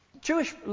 Jewish